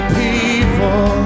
people